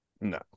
No